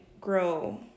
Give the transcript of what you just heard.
grow